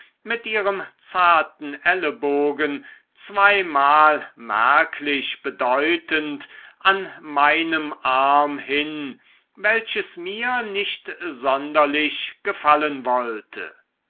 mit ihrem zarten ellebogen zweimal merklich bedeutend an meinem arm hin welches mir nicht sonderlich gefallen wollte